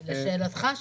לשאלתך,